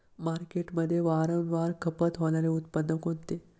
मार्केटमध्ये वारंवार खपत होणारे उत्पादन कोणते?